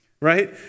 right